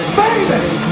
famous